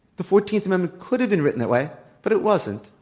the fourteenth amendment could've been written that way, but it wasn't.